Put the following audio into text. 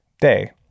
day